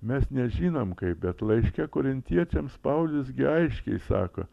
mes nežinom kaip bet laiške korintiečiams paulius gi aiškiai sako